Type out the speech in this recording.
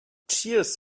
cheers